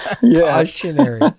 Cautionary